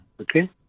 okay